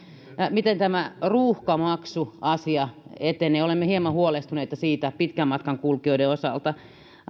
miten ruuhkamaksuasia etenee olemme hieman huolestuneita siitä pitkän matkan kulkijoiden osalta